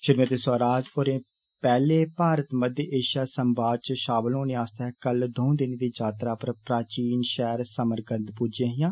श्रीमति स्वराज होरे पेहले भारत मध्य एषिया संवाद च षामल होने आस्तै कल दंऊ दिने दी यात्राा पर प्राचीन षैहर समरकंद पुज्जियां हियां